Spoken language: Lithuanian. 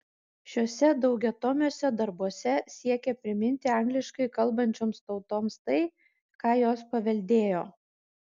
šiuose daugiatomiuose darbuose siekė priminti angliškai kalbančioms tautoms tai ką jos paveldėjo